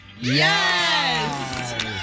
Yes